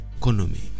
economy